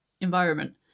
environment